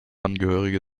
angehörige